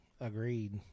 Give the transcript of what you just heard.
agreed